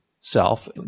self